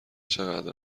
چقدر